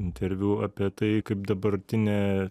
interviu apie tai kaip dabartinė